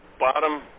bottom